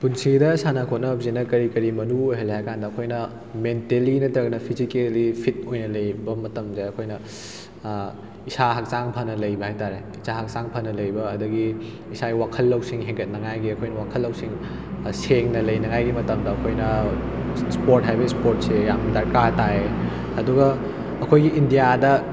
ꯄꯨꯟꯁꯤꯗ ꯁꯥꯟꯅ ꯈꯣꯠꯅꯕꯁꯤꯅ ꯀꯔꯤ ꯀꯔꯤ ꯃꯔꯨ ꯑꯣꯏꯍꯜꯂꯦ ꯍꯥꯏꯕ ꯀꯥꯟꯗ ꯑꯩꯈꯣꯏꯅ ꯃꯦꯟꯇꯦꯜꯂꯤ ꯅꯠꯇ꯭ꯔꯒꯅ ꯐꯤꯖꯤꯀꯦꯜꯂꯤ ꯐꯤꯠ ꯑꯣꯏꯅ ꯂꯥꯕ ꯃꯇꯝꯗ ꯑꯩꯈꯣꯏꯅ ꯏꯁꯥ ꯍꯛꯆꯥꯡ ꯐꯅ ꯂꯩꯕ ꯍꯥꯏꯇꯥꯔꯦ ꯏꯁꯥꯥ ꯍꯛꯆꯥꯡ ꯐꯅ ꯂꯩꯕ ꯑꯗꯒꯤ ꯏꯁꯥꯒꯤ ꯋꯥꯈꯜ ꯂꯧꯁꯤꯡ ꯍꯦꯟꯒꯠꯅꯤꯡꯉꯥꯏꯒꯤ ꯑꯩꯈꯣꯏꯅ ꯋꯥꯈꯜ ꯂꯧꯁꯤꯡ ꯁꯦꯡꯅ ꯂꯩꯅꯉꯥꯏꯒꯤ ꯃꯇꯝꯗ ꯑꯩꯈꯣꯏꯅ ꯏꯁꯄꯣꯔꯠ ꯍꯥꯏꯕ ꯏꯁꯄꯣꯔꯠꯁꯦ ꯌꯥꯝ ꯗꯔꯀꯥꯔ ꯇꯥꯏ ꯑꯗꯨꯒ ꯑꯩꯈꯣꯏꯒꯤ ꯏꯟꯗꯤꯌꯥꯗ